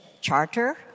charter